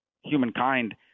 humankind